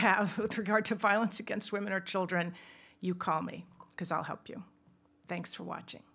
regard to violence against women or children you call me because i'll help you thanks for watching